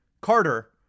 Carter